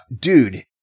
Dude